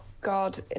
god